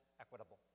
equitable